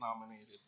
nominated